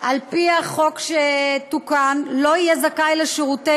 על פי החוק שתוקן, לא יהיה זכאי לשירותי